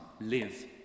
live